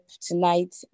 tonight